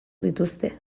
dituzte